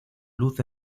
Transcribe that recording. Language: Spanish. luz